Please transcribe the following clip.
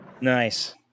Nice